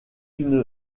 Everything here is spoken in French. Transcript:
une